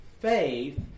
faith